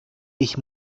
ich